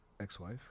ex-wife